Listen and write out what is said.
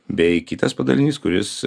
bei kitas padalinys kuris